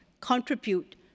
contribute